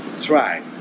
try